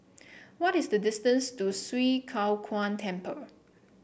what is the distance to Swee Kow Kuan Temple